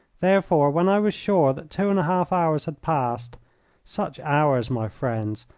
therefore, when i was sure that two and a half hours had passed such hours, my friends,